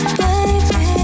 baby